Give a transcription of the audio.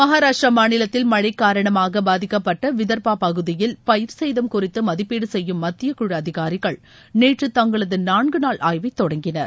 மகாராஷ்டிரா மாநிலத்தில் மழை காரணமாக பாதிக்கப்பட்ட விதர்பா பகுதியில் பயிர்சேதம் குறித்து மதிப்பீடு செய்யும் மத்தியக்குழு அதிகாரிகள் நேற்று தங்களது நான்கு நாள் ஆய்வை தொடங்கினர்